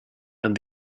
and